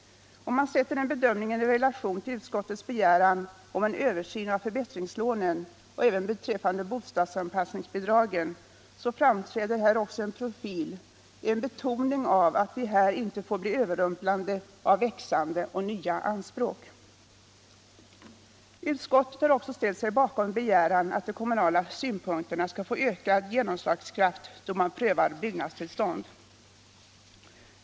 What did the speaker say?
Om man sätter den bedömningen i relation till utskottets begäran om en översyn av förbättringslånen och även beträffande bostadsanpassningsbidragen, så framträder också här en profil — en betoning av att vi inte får bli överrumplade av växande och nya anspråk. Civilutskottet har också ställt sig bakom en begäran att de kommunala synpunkterna skall få ökad genomslagskraft då man prövar byggnadstillstånd.